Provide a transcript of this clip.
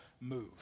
move